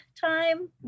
time